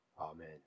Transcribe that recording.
Amen